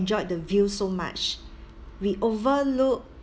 enjoyed the view so much we overlook